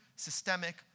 Systemic